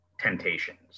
temptations